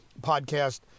Podcast